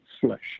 flesh